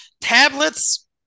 Tablets